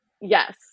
Yes